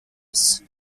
use